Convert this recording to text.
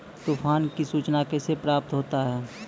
तुफान की सुचना कैसे प्राप्त होता हैं?